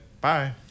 bye